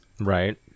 Right